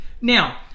Now